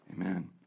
amen